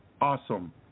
awesome